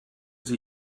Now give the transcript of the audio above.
sie